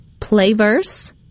Playverse